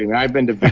yeah i've been the